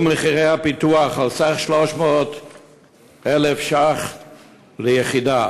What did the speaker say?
מחירי הפיתוח על סך 300,000 שקלים ליחידה,